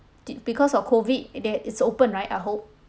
the because of COVID they it's open right I hope